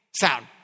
sound